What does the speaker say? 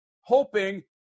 hoping